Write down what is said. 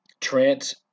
Trent